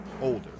older